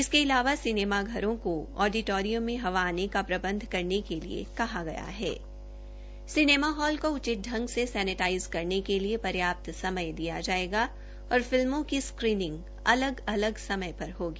इसके अलावा सिनेमा घरों का ऑडिटोरियम में हवा आने का प्रबंध करने के लिए कहा गया हण सिनेमा हॉल को उचित पंग से सक्रेटाइज करने के एि पर्याप्त समय दिया जायेगा और फिल्मों की स्क्रीनिंग अलग अलग समय पर होगी